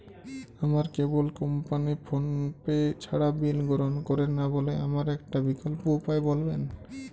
আমার cable company PhonePe ছাড়া bill গ্রহণ করে না বলে আমার একটা বিকল্প উপায় বলবেন?